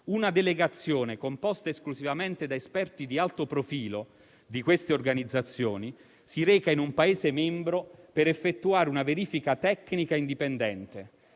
Una delegazione composta esclusivamente da esperti di alto profilo di queste organizzazioni si reca in un Paese membro per effettuare una verifica tecnica indipendente;